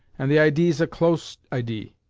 and the idee's a close idee.